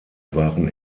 waren